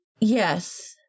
Yes